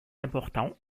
importants